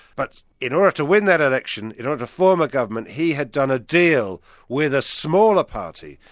but in order to win that election, in order to form a government, he had done a deal with a smaller party,